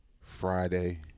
Friday